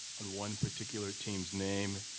on one particular team's name,